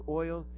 oil